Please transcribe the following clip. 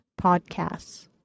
podcasts